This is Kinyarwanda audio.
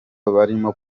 barimo